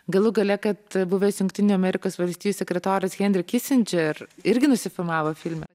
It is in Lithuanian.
galų gale kad buvęs jungtinių amerikos valstijų sekretorius henri kisindžer irgi nusifilmavo filme